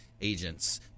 agents